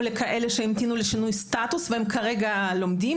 לכאלה שהמתינו לשינוי סטטוס והם כרגע לומדים.